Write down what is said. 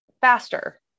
faster